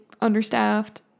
understaffed